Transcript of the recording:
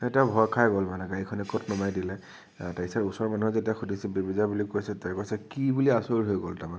তেওঁ ভয় খাই গ'ল মানে গাড়ীখনে ক'ত নমাই দিলে তাছত ওচৰৰ মানুহক যেতিয়া সুধিছে বেবেজীয়া বুলি কৈছে তেতিয়া কৈছে কি বুলি আচৰিত হৈ গ'ল তাৰমানে